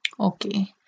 Okay